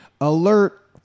Alert